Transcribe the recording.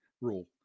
rule